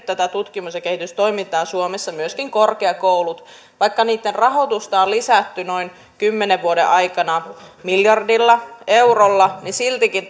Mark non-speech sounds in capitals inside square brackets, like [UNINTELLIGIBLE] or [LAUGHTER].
[UNINTELLIGIBLE] tätä tutkimus ja kehitystoimintaa suomessa myöskin korkeakoulut vaikka niitten rahoitusta on lisätty noin kymmenen vuoden aikana miljardilla eurolla siltikään [UNINTELLIGIBLE]